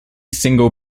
single